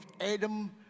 Adam